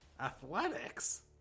Athletics